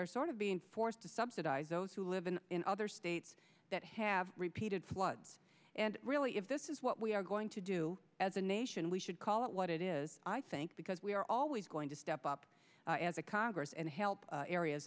are sort of being forced to subsidize those who live in in other states that have repeated floods and really if this is what we are going to do as a nation we should call it what it is i think because we are always going to step up as a congress and help areas